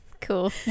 Cool